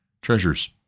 treasures